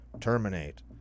Terminate